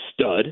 stud